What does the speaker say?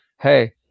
hey